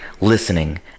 listening